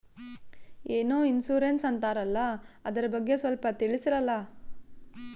ಏನೋ ಇನ್ಸೂರೆನ್ಸ್ ಅಂತಾರಲ್ಲ, ಅದರ ಬಗ್ಗೆ ಸ್ವಲ್ಪ ತಿಳಿಸರಲಾ?